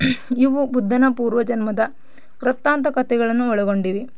ಇವು ಬುದ್ಧನ ಪೂರ್ವ ಜನ್ಮದ ವೃತ್ತಾಂತ ಕತೆಗಳನ್ನು ಒಳಗೊಂಡಿವೆ